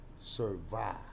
survive